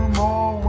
more